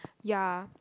ya